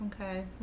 Okay